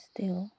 त्यस्तै हो